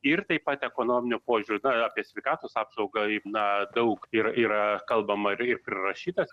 ir taip pat ekonominiu požiūriu na apie sveikatos apsaugą i na daug ir yra kalbama ir ir prirašyta